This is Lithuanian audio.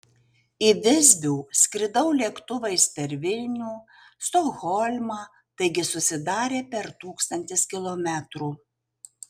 į visbių skridau lėktuvais per vilnių stokholmą taigi susidarė per tūkstantis kilometrų